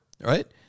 right